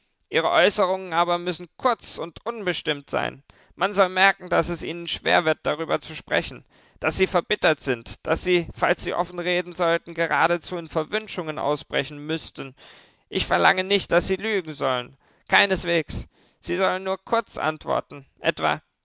ihre äußerungen müssen aber kurz und unbestimmt sein man soll merken daß es ihnen schwer wird darüber zu sprechen daß sie verbittert sind daß sie falls sie offen reden sollten geradezu in verwünschungen ausbrechen müßten ich verlange nicht daß sie lügen sollen keineswegs sie sollen nur kurz antworten etwa